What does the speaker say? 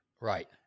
right